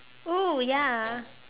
!woo! ya